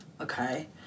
okay